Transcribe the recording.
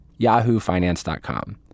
YahooFinance.com